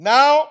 Now